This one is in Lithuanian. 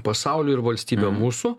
pasauliu ir valstybe mūsų